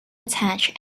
attach